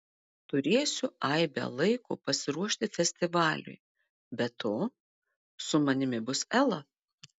turėsiu aibę laiko pasiruošti festivaliui be to su manimi bus ela